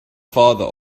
father